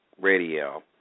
Radio